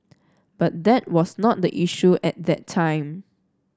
but that was not the issue at that time